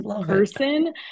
person